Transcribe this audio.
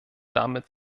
damit